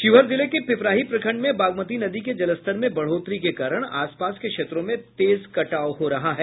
शिवहर जिले के पिपराही प्रखंड में बागमती नदी के जलस्तर में बढ़ोतरी के कारण आसपास के क्षेत्रों में तेज कटाव हो रहा है